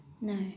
No